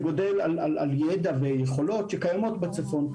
זה גודל על ידע ויכולות שקיימות כבר בצפון.